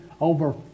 over